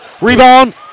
rebound